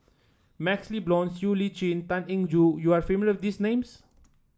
MaxLe Blond Siow Lee Chin Tan Eng Joo you are familiar with these names